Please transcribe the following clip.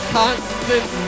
constant